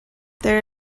there